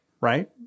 right